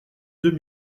deux